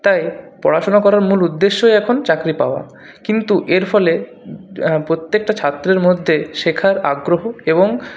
তাই পড়াশোনার করার মূল উদ্দেশ্যই এখন চাকরি পাওয়া কিন্তু এর ফলে প্রত্যেকটা ছাত্রের মধ্যে শেখার আগ্রহ এবং